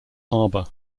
arbor